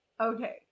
Okay